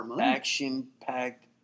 action-packed